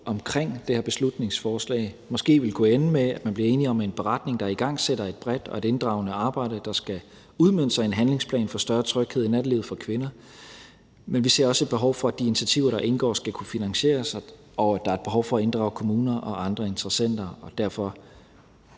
omkring det her beslutningsforslag måske ville kunne ende med, at man blev enig om en beretning, der igangsætter et bredt og et inddragende arbejde, der skal udmønte sig i en handlingsplan for større tryghed i nattelivet for kvinder, men vi ser også et behov for, at de initiativer, der indgår, skal kunne finansieres, og at der er et behov for at inddrage kommuner og andre interessenter og også